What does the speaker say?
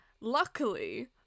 Luckily